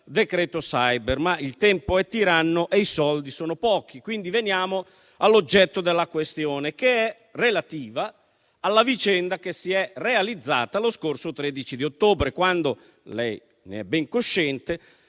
decreto *cyber*. Tuttavia, il tempo è tiranno e i soldi sono pochi, quindi veniamo all'oggetto della questione, che è relativa alla vicenda che si è realizzata lo scorso 13 ottobre, quando - lei ne è ben cosciente